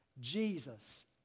Jesus